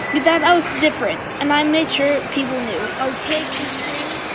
knew that i was different. and i made sure people knew. i'll kick and scream.